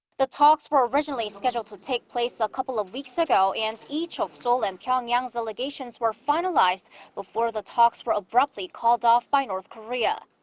the talks were originally scheduled to take place a couple of weeks ago. and each of seoul and pyongyang's delegations were finalized before the talks were abruptly called off by north korea.